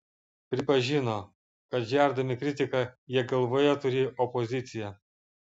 pripažino kad žerdami kritiką jie galvoje turi opoziciją